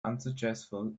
unsuccessful